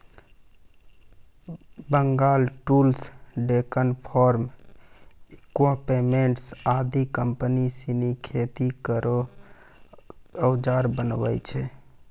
Bengal tools, Deccan farm equipments आदि company सिनी खेती केरो औजार बनावै छै